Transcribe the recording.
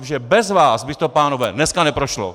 Protože bez vás by to, pánové, dneska neprošlo!